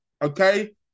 Okay